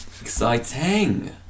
Exciting